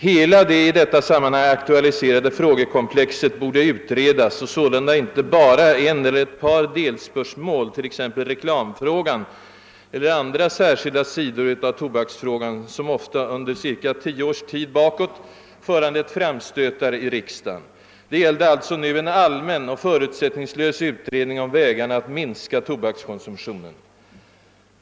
Hela det i detta sammanhang aktualiserade frågekomplexet borde utredas och sålunda inte bara ett eller ett par delspörsmål, t.ex. reklamfrågan eller andra särskilda sidor av tobaksfrågan, som ofta under ca: tio års tid föranlett framstötar i ärendet. Det gällde alltså nu en allmän och förutsättningslös utredning om vägarna att minska tobakskonsumtionen.